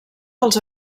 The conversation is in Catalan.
dels